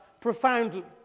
profoundly